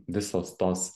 visos tos